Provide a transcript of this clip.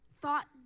thought